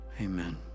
Amen